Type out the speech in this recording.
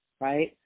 right